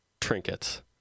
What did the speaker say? trinkets